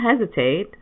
hesitate